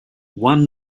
one